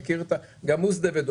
הוא מכיר את גם הוא "שדדבלוג",